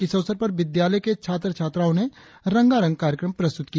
इस अवसर पर विद्यालय के छात्र छात्राओं ने रंगारंग कार्यक्रम प्रस्तुत किया